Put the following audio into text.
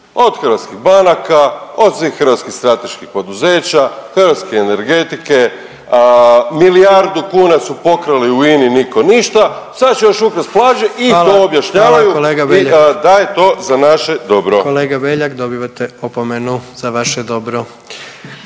od hrvatskih banaka, od svih hrvatskih strateških poduzeća, hrvatske energetike, milijardu kuna su pokrali u INI niko ništa, sad će još ukrasti plaže i to objašnjavaju …/Upadica: Hvala, hvala kolega Beljak./… da je to za naše dobro. **Jandroković, Gordan (HDZ)** Kolega Beljak dobivate opomenu za vaše dobro.